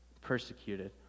persecuted